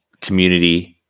community